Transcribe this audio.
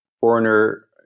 foreigner